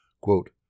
Quote